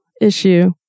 issue